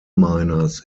miners